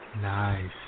Nice